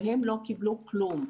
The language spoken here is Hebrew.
והם לא קיבלו כלום.